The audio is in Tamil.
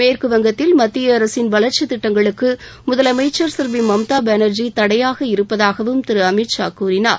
மேற்குவங்கத்தில் மத்திய அரசின் வளர்ச்சித் திட்டங்களுக்கு முதலமைச்சர் செல்வி மம்தா பானர்ஜி தடையாக இருப்பதாகவும் திரு அமித் ஷா கூறினார்